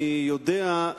אני יודע,